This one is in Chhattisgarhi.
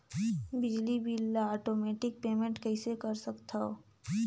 बिजली बिल ल आटोमेटिक पेमेंट कइसे कर सकथव?